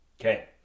Okay